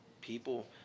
people